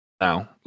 now